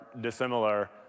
dissimilar